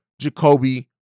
Jacoby